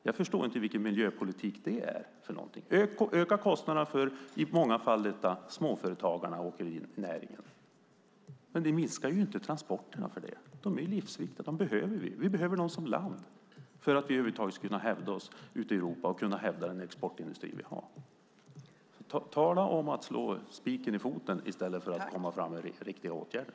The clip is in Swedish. Jag förstår inte vilken miljöpolitik det är att öka kostnaderna för småföretagarna i åkerinäringen, men det minskar inte antalet transporter. De är livsviktiga. Vi behöver dem som land för att vi över huvud taget ska kunna hävda vår exportindustri i Europa. Tala om att slå spiken i foten i stället för att lägga fram förslag på riktiga åtgärder.